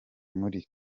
muri